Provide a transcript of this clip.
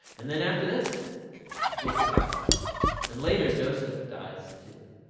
and then after this jacob dies and later joseph dies too.